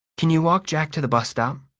can you walk jack to the bus stop?